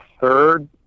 third